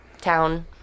town